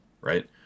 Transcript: right